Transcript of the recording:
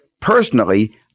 Personally